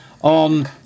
on